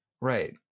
Right